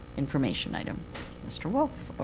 information item mr. wolff.